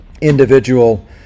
individual